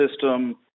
system